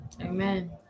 Amen